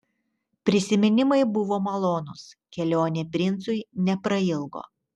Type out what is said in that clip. prisiminimai buvo malonūs kelionė princui neprailgo